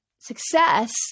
success